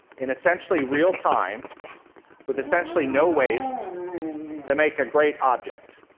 in essentially real time with essentially no waste to make a great object?